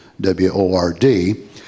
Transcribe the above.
W-O-R-D